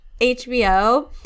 HBO